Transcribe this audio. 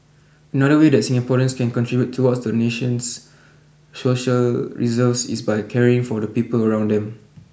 another way that Singaporeans can contribute towards the nation's social reserves is by caring for the people around them